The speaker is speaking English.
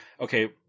Okay